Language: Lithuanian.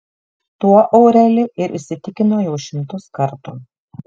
tuo aureli ir įsitikino jau šimtus kartų